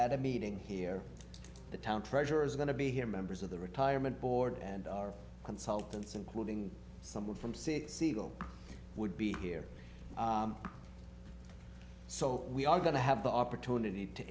at a meeting here the town treasurer is going to be here members of the retirement board and our consultants including someone from say siegel would be here so we are going to have the opportunity to